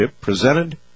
presented